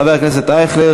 חבר הכנסת אייכלר,